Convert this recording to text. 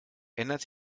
ändert